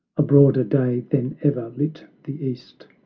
a broader day than ever lit the east,